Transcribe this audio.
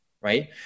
right